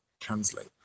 translate